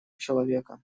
человека